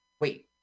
Wait